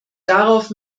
darauf